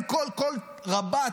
כל רב"ט,